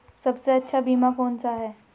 सबसे अच्छा बीमा कौन सा है?